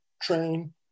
train